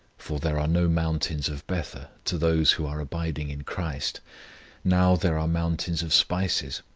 for there are no mountains of bether to those who are abiding in christ now there are mountains of spices.